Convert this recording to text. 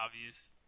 obvious